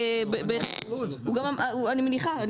אני מניחה,